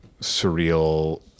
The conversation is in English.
surreal